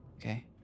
Okay